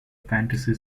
fantasy